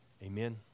Amen